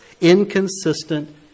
inconsistent